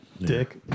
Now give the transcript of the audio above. Dick